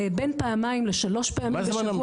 בין פעמיים לשלוש פעמים בשבוע,